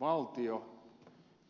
valtio